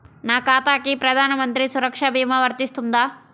నా ఖాతాకి ప్రధాన మంత్రి సురక్ష భీమా వర్తిస్తుందా?